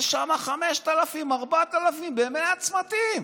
יש שם 5,000, 4,000, ב-100 צמתים.